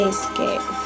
Escape